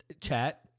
chat